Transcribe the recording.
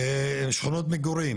ועופות יהיו בעדיפות על זכויות מקרקעין